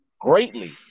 greatly